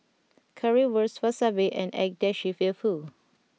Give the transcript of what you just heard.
Currywurst Wasabi and Agedashi Dofu